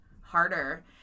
harder